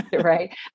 Right